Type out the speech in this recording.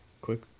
quick